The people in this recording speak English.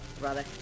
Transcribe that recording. brother